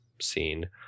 scene